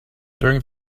during